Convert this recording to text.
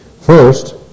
First